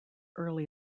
early